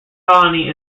colony